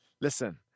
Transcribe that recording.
Listen